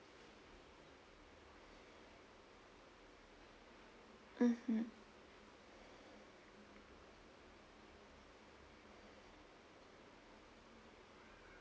mmhmm